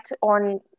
on